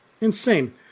insane